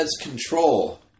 Control